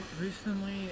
recently